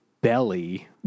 Belly